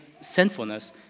sinfulness